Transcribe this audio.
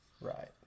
right